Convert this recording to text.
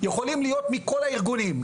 יכולים להיות מכל הארגונים,